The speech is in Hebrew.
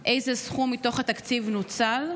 2. איזה סכום מתוך התקציב נוצל?